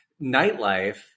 nightlife